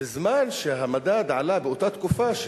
בזמן שהמדד עלה באותה תקופה,